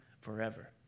forever